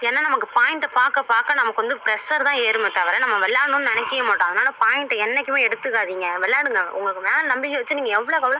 என்ன நமக்கு பாயிண்ட்டை பார்க்க பார்க்க நமக்கு வந்து ப்ரஷர் தான் ஏறுமே தவிர நம்ம விளாட்ணுன்னு நினைக்கியே மாட்டோம் அதனால் பாயிண்ட்டை என்றைக்குமே எடுத்துக்காதீங்க விளாடுங்க உங்கள் மேலே நம்பிக்கை வச்சி நீங்கள் எவ்வளோக்கு எவ்வளோ